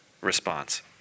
response